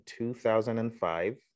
2005